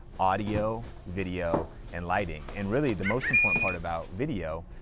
audio, video, and lighting. and really the most important part about video,